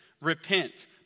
repent